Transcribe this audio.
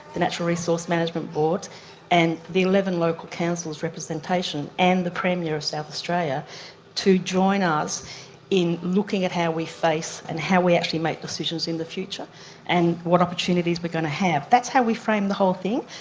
the natural resource management boards and the eleven local councils' representation and the premier of south australia to join us in looking at how we face and how we actually make decisions in the future and what opportunities we are going to have. that's how we framed the whole thing.